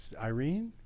Irene